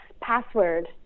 password